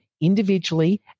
individually